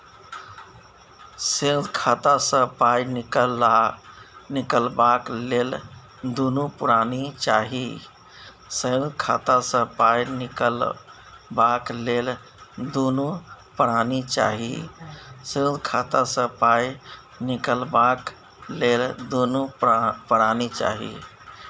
संयुक्त खाता सँ पाय निकलबाक लेल दुनू परानी चाही